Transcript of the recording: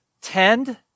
tend